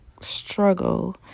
struggle